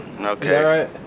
Okay